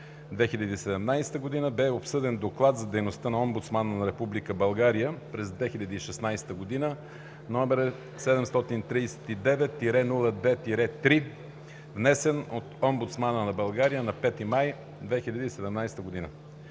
2017 г., бе обсъден Доклад за дейността на омбудсмана на Република България през 2016 г., № 739-02-3, внесен от Омбудсмана на Република България на 5 май 2017 г.